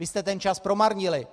Vy jste ten čas promarnili.